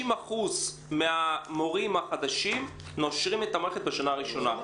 50% מהמורים החדשים נושרים מהמערכת בשנה הראשונה.